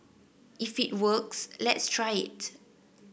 if it works let's try it